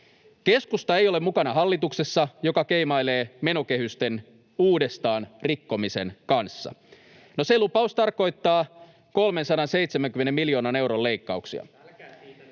Keskusta ei ole mukana hallituksessa, joka keimailee menokehysten uudestaan rikkomisen kanssa — no, se lupaus tarkoittaa 370 miljoonan euron leikkauksia.